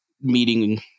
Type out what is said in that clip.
meeting